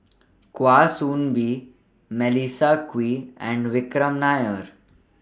Kwa Soon Bee Melissa Kwee and Vikram Nair